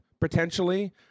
potentially